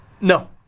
no